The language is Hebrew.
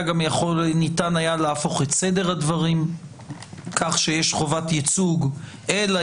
ניתן היה להפוך את סדר הדברים כך שיש חובת ייצוג אלא